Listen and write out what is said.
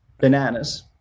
Bananas